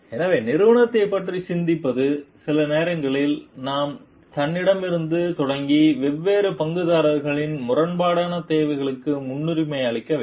எனவே நிறுவனத்தைப் பற்றிச் சிந்திப்பது சில நேரங்களில் நாம் தன்னிடமிருந்து தொடங்கி வெவ்வேறு பங்குதாரர்களின் முரண்பாடான தேவைகளுக்கு முன்னுரிமை அளிக்க வேண்டும்